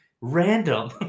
random